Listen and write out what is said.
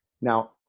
Now